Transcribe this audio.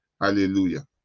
Hallelujah